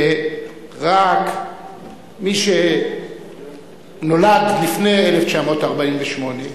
ורק מי שנולד לפני 1948,